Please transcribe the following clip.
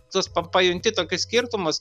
tuos pa pajunti tokius skirtumus